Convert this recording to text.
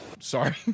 Sorry